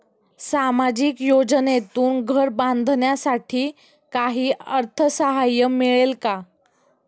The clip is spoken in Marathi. सामाजिक योजनेतून घर बांधण्यासाठी काही अर्थसहाय्य मिळेल का?